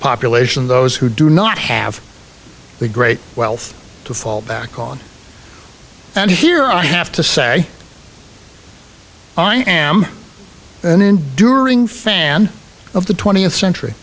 population those who do not have the great wealth to fall back on and here i have to say i am an enduring fan of the twentieth century